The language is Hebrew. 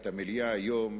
את המליאה היום